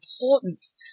importance